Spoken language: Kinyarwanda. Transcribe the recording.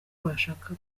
bashaka